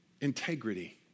Integrity